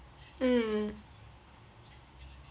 mm